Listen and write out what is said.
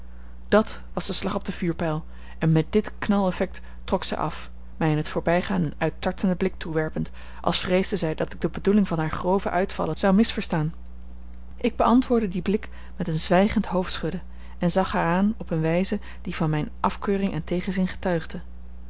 dat was de slag op den vuurpijl en met dit knaleffect trok zij af mij in t voorbijgaan een uittartenden blik toewerpend als vreesde zij dat ik de bedoeling van haar grove uitvallen zou misverstaan ik beantwoordde dien blik met een zwijgend hoofdschudden en zag haar aan op eene wijze die van mijne afkeuring en tegenzin getuigde